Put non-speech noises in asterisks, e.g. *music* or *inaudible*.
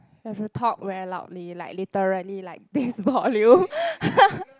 have to talk very loudly like literally like this volume *laughs*